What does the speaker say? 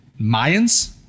Mayans